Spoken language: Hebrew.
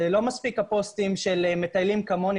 לא מספיקים הפוסטים של מטיילים כמוני,